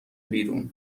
بیرون